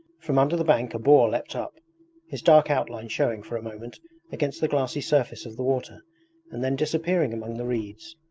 from under the bank a boar leapt up his dark outline showing for a moment against the glassy surface of the water and then disappearing among the reeds.